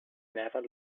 never